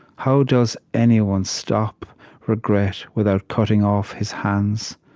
how does anyone stop regret without cutting off his hands?